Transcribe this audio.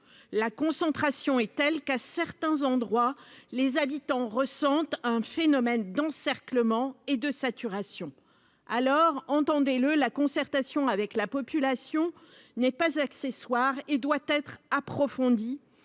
la concentration est telle qu'à certains endroits, les habitants ressentent un phénomène d'encerclement et de saturation alors entendez le la concertation avec la population n'est pas accessoire et doit être approfondie